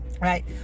right